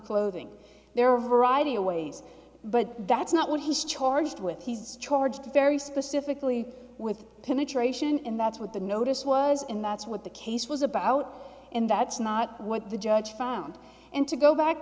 clothing there are a variety of ways but that's not what he's charged with he's charged very specifically with penetration and that's what the notice was in that's what the case was about and that's not what the judge found and to go back